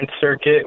Circuit